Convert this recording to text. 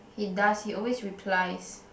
he does he always replies